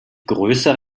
größere